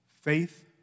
Faith